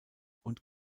und